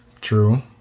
True